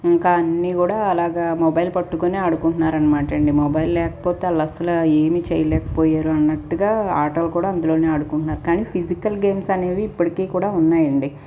ఇంకా అన్ని గూడా అలాగ మొబైల్ పట్టుకొని ఆడుకుంటున్నారు అనమాటండి మొబైల్ లేకపోతే వాళ్ళసల ఏమి చేయలేకపోతారు అన్నట్టుగా ఆటలు కూడా అందులోనే ఆడుకుంటునారు కానీ ఫిజికల్ గేమ్స్ అనేవి ఇప్పడికి కూడా ఉన్నాయండి